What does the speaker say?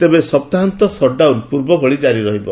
ତେବେ ସପ୍ତାହାନ୍ତ ସଟ୍ଡାଉନ୍ ପୂର୍ବଭଳି ଜାରି ରହିବ